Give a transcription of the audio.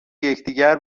یکدیگر